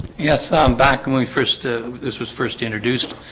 yes, i'm back. when we first this was first introduced.